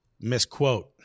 misquote